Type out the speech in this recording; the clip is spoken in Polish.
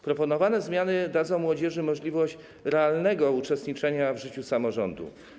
Proponowane zmiany dadzą młodzieży możliwość realnego uczestniczenia w życiu samorządu.